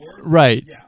Right